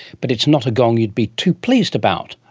but it's not a gong you'd be too pleased about.